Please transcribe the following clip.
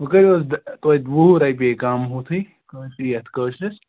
وۄنۍ کٔرِو حظ توتہِ وُہ وُہ رۄپیہِ کَم ہُتھٕے کٲش یَتھ کٲشرِس